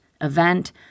event